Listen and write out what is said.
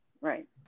Right